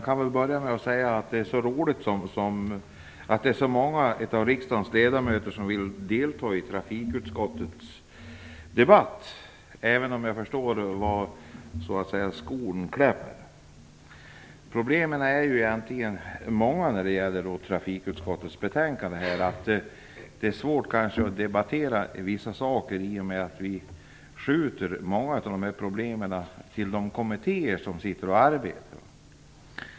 Herr talman! Det är roligt att det är så många av riksdagens ledamöter som vill delta i trafikutskottets debatt, även om jag förstår var skon så att säga klämmer. Problemet vad gäller trafikutskottets betänkande är väl att det är svårt att debattera vissa frågor i och med att vi skjuter många av frågorna till de kommittéer som sitter och arbetar.